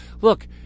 Look